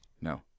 no